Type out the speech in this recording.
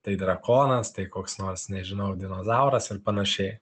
tai drakonas tai koks nors nežinau dinozauras ir panašiai